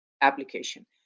application